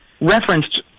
referenced